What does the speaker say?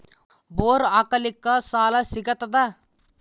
Bore ಹಾಕಲಿಕ್ಕ ಸಾಲ ಸಿಗತದ?